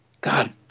God